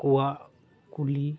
ᱠᱚᱣᱟᱜ ᱠᱩᱞᱤ